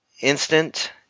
instant